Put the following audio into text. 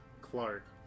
Clark